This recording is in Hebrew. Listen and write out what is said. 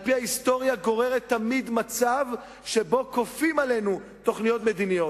על-פי ההיסטוריה גוררת תמיד מצב שבו כופים עלינו תוכניות מדיניות.